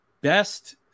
best